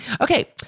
Okay